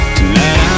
Tonight